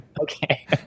Okay